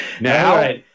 Now